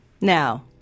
Now